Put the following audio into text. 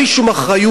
בלי שום אחריות,